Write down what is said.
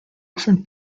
often